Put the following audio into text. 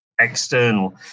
external